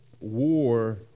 war